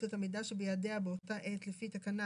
את המידע שבידיה באותה עת לפי תקנה